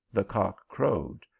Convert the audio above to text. the cock crowed,